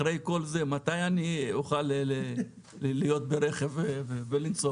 אחרי כל זה מתי אני אוכל להיות ברכב ולנסוע?